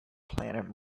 planet